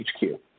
HQ